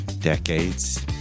Decades